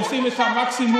עושים את המקסימום,